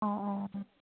অঁ অঁ অঁ